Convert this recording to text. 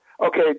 okay